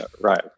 Right